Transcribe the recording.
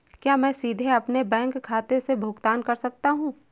क्या मैं सीधे अपने बैंक खाते से भुगतान कर सकता हूं?